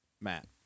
matt